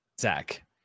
Zach